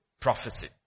prophecy